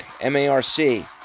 M-A-R-C